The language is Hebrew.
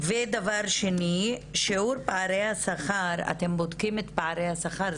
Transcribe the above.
ודבר שני: שיעור פערי השכר אתם בודקים את פערי השכר.